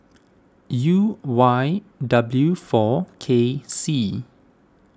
U Y W four K C